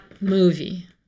movie